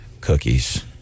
cookies